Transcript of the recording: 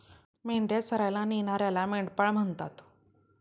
मेंढ्या चरायला नेणाऱ्याला मेंढपाळ म्हणतात